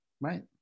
Right